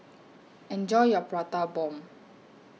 Enjoy your Prata Bomb